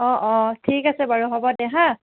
অ' অ' ঠিক আছে বাৰু হ'ব দে হা